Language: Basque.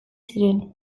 ziren